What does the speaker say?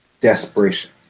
desperation